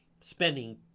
spending